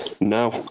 no